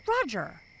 Roger